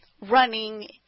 running